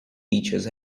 beaches